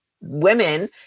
women